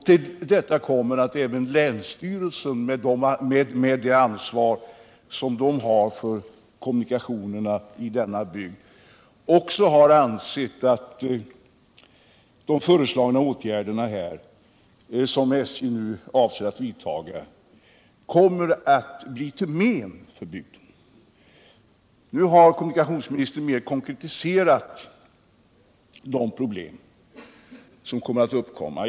Till detta kommer att även länsstyrelsen med det ansvar som den har för kommunikationerna i denna bygd också har ansett att de åtgärder som SJ nu avser att vidta kommer att skapa svåra problem för kollektivtrafiken i berörda kommuner. Nu har kommunikationsministern mer konkretiserat de problem som kommer att uppstå för SJ.